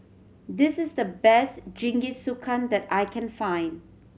this is the best Jingisukan that I can find